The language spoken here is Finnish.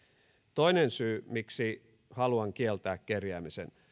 toinen syy miksi haluan kieltää kerjäämisen